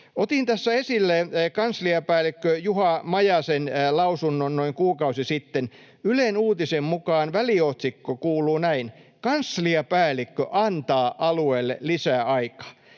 Otin tässä esille kansliapäällikkö Juha Majasen lausunnon noin kuukausi sitten. Ylen uutisen väliotsikko kuuluu näin: ”Kansliapäällikkö antaa alueille lisää aikaa”.